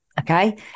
okay